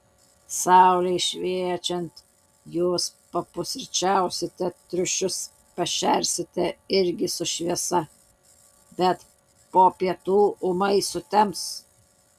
saulei šviečiant jūs papusryčiausite triušius pašersite irgi su šviesa bet po pietų ūmai sutems